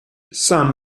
san